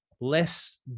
less